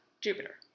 Jupiter